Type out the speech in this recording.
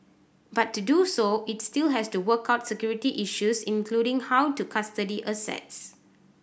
but to do so it still has to work out security issues including how to custody assets